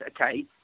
okay